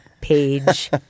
page